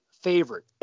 favorite